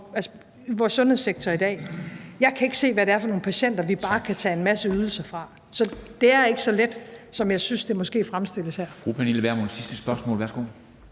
sundhedssektor i dag, kan jeg ikke se, hvad det er for nogle patienter, vi bare kan tage en masse ydelser fra. Så det er ikke så let, som jeg synes det måske fremstilles her.